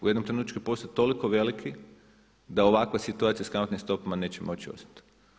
U jednom trenutku će postati toliko veliki da ovaka situacija sa kamatnim stopama neće moći ostati.